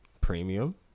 premium